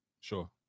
Sure